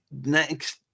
next